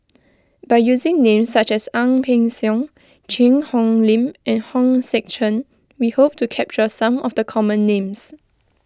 by using names such as Ang Peng Siong Cheang Hong Lim and Hong Sek Chern we hope to capture some of the common names